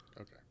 okay